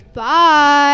Bye